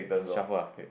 shuffle ah